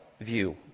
view